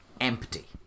empty